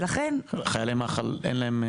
חיילי מח"ל, אין להם?